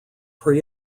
pre